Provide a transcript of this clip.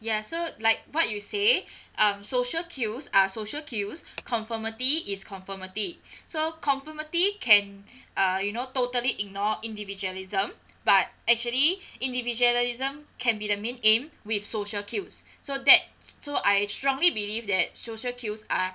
ya so like what you say um social cues are social cues conformity is conformity so conformity can uh you know totally ignore individualism but actually individualism can be the main aim with social cues so that so I strongly believe that social cues are